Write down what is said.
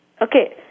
Okay